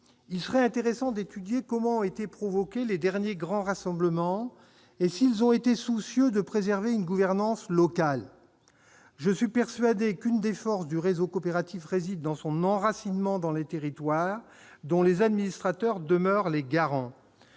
Il serait intéressant d'étudier comment ont été provoqués les derniers grands rassemblements, et s'ils ont été soucieux de préserver une gouvernance locale. Je suis persuadé que l'une des forces du réseau coopératif réside dans son enracinement dans les territoires, dont les administrateurs demeurent les garants.